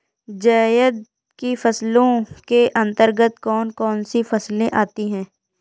जायद की फसलों के अंतर्गत कौन कौन सी फसलें आती हैं?